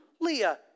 Leah